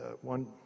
one